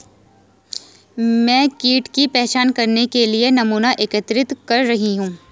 मैं कीट की पहचान करने के लिए नमूना एकत्रित कर रही हूँ